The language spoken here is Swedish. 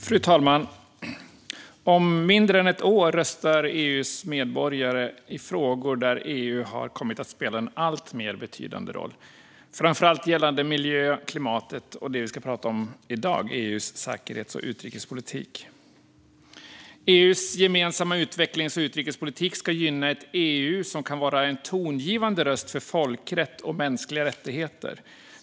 Fru talman! Om mindre än ett år röstar EU:s medborgare i frågor där EU har kommit att spela en alltmer betydande roll, framför allt gällande miljön, klimatet och det vi ska prata om i dag, det vill säga EU:s säkerhets och utrikespolitik. EU:s gemensamma utvecklings och utrikespolitik ska gynna ett EU som kan vara en tongivande röst för folkrätt och mänskliga rättigheter.